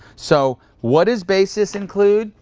so what does basis include?